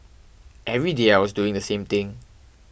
every day I was doing the same thing